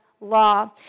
law